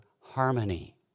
harmony